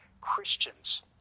christians